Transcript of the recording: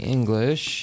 English